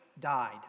died